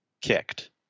kicked